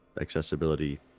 accessibility